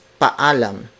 paalam